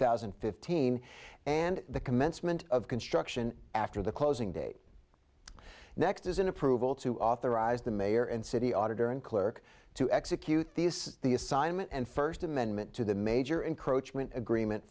thousand and fifteen and the commencement of construction after the closing date next is an approval to authorize the mayor and city auditor and clerk to execute the assignment and first amendment to the major encroachment agreement